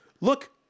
look—